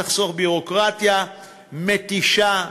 תחסוך ביורוקרטיה מתישה,